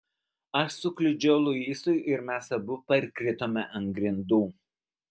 aš sukliudžiau luisui ir mes abu parkritome ant grindų